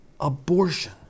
abortion